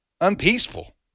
unpeaceful